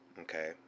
okay